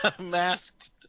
masked